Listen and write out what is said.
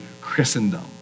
Christendom